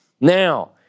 Now